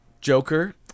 Joker